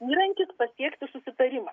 įrankis pasiekti susitarimą